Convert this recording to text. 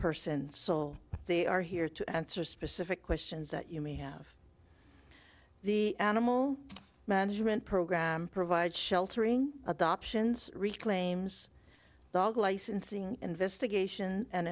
person so they are here to answer specific questions that you may have the animal management program provides sheltering adoptions reclaims dog licensing investigations and